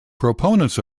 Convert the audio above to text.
proponents